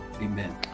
Amen